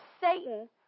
Satan